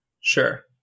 Sure